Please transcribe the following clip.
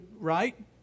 right